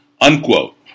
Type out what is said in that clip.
Unquote